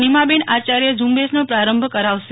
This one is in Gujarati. નિમા આચાર્ય ઝુંબેશનો પ્રારંભ કરાવશે